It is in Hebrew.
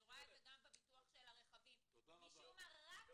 אני רואה את זה גם בביטוח של הרכבים.